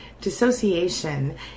dissociation